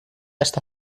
está